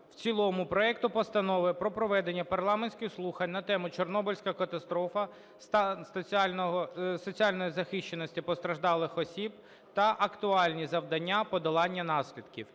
в цілому проекту Постанови про проведення парламентських слухань на тему: "Чорнобильська катастрофа. Стан соціальної захищеності постраждалих осіб та актуальні завдання подолання наслідків"